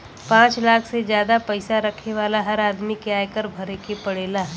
पांच लाख से जादा पईसा रखे वाला हर आदमी के आयकर भरे के पड़ेला